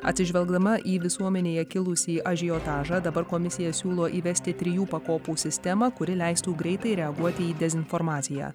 atsižvelgdama į visuomenėje kilusį ažiotažą dabar komisija siūlo įvesti trijų pakopų sistemą kuri leistų greitai reaguoti į dezinformaciją